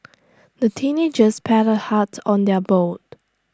the teenagers paddled hard on their boat